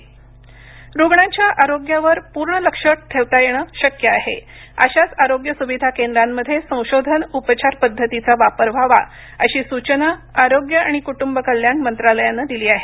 corona प्रयोग रुग्णांच्या आरोग्यावर पूर्ण लक्ष ठेवता येणं शक्य आहे अशाच आरोग्य सुविधा केंद्रांमध्ये संशोधन उपचार पद्धतीचा वापर व्हावा अशी सूचना आरोग्य आणि कुटुंब कल्याण मंत्रालयानं दिली आहे